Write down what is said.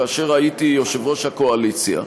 כאשר הייתי יושב-ראש הקואליציה,